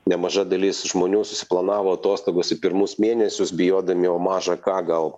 nemaža dalis žmonių susiplanavo atostogas į pirmus mėnesius bijodami o maža ką gal